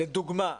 לדוגמה: